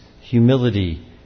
humility